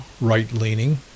right-leaning